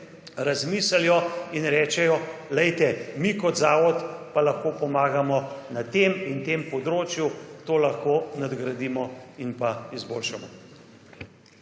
razmislijo in rečejo poglejte, mi kot zavod pa lahko pomagamo na tem in tem področju. To lahko nagradimo in pa izboljšamo.